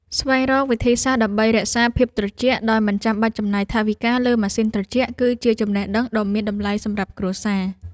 ស្វែងរកវិធីសាស្ត្រដើម្បីរក្សាភាពត្រជាក់ដោយមិនចាំបាច់ចំណាយថវិកាលើម៉ាស៊ីនត្រជាក់គឺជាចំណេះដឹងដ៏មានតម្លៃសម្រាប់គ្រួសារ។